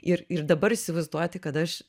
ir ir dabar įsivaizduoti kad aš